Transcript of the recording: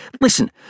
Listen